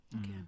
Okay